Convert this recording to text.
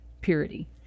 purity